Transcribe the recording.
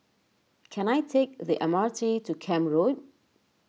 can I take the M R T to Camp Road